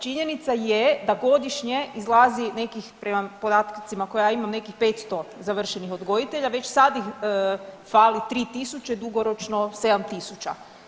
Činjenica je da godišnje izlazi nekih prema podacima koje ja imam nekih 500 završenih odgojitelja, već sad ih fali 3.000, dugoročno 7.000.